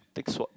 take sword